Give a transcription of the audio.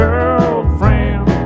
Girlfriend